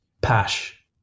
Pash